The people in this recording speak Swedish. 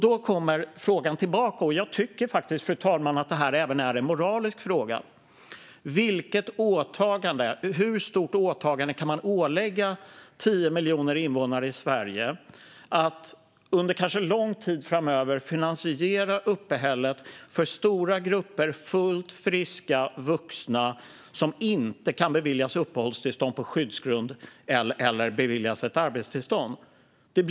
Då kommer frågan tillbaka, och jag tycker faktiskt, fru talman, att detta även är en moralisk fråga: Hur stort åtagande kan man ålägga 10 miljoner invånare i Sverige, att kanske under lång tid framöver finansiera uppehället för stora grupper fullt friska vuxna som inte kan beviljas uppehållstillstånd på skyddsgrund eller som inte kan beviljas ett arbetstillstånd?